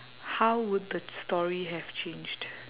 how would the story have changed